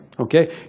Okay